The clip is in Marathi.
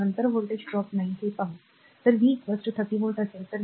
तर नंतर व्होल्टेज ड्रॉप नाही हे पाहू तर व्ही 30 व्होल्ट असेल